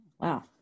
wow